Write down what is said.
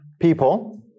people